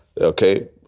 Okay